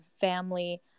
family